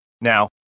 Now